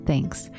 Thanks